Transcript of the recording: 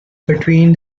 between